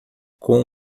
com